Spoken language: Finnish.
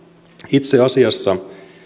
itse asiassa